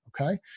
Okay